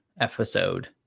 episode